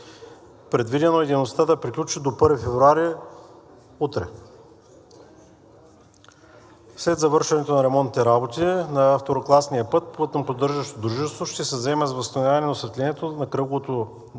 Предвидено е дейността да приключи до 1 февруари 2025 г., утре. След завършване на ремонтните работи на второкласния път пътноподдържащото дружество ще се заеме с възстановяване на осветлението на кръговото